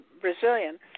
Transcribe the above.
Brazilian